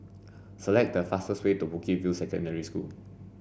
select the fastest way to Bukit View Secondary School